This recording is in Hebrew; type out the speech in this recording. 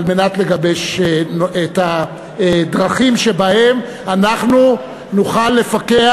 כדי לגבש את הדרכים שבהן אנחנו נוכל לפקח,